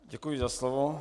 Děkuji za slovo.